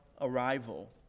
arrival